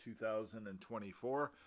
2024